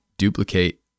duplicate